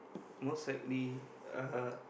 most likely uh